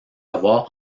avoir